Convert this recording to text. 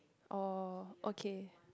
oh okay